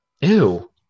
Ew